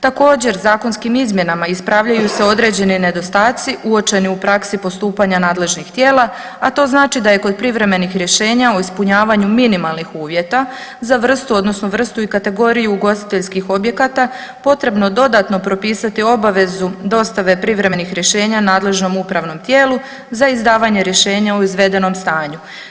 Također zakonskim izmjenama ispravljaju se određeni nedostaci uočeni u praksi postupanja nadležnih tijela, a to znači da je kod privremenih rješenja u ispunjavanju minimalnih uvjeta za vrstu odnosno vrstu i kategoriju ugostiteljskih objekata potrebno dodatno propisati obavezu dostave privremenih rješenja nadležnom upravnom tijelu za izdavanje rješenja o izvedenom stanju.